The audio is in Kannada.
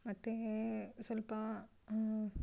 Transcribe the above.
ಮತ್ತು ಸ್ವಲ್ಪ